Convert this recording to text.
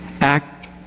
act